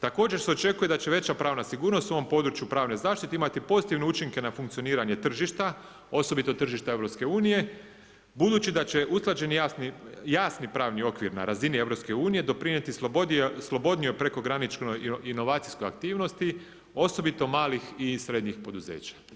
Također se očekuje da će veća pravna sigurnost u ovom području pravne zaštite imati pozitivne učinke na funkcioniranje tržišta, osobito tržišta EU budući da će usklađeni jasni pravni okvir na razini EU doprinijeti slobodnijoj prekograničnoj inovacijskoj aktivnosti osobito malih i srednjih poduzeća.